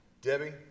Debbie